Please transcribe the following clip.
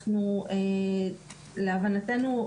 להבנתנו,